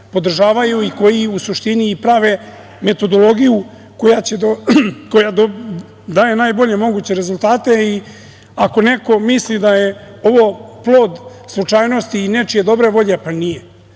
podržavaju i koji u suštini prave metodologiju koja daje najbolje moguće rezultate. Ako neko misli da je ovo plod slučajnosti i nečije dobre volje, e pa nije.